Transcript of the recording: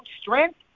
strength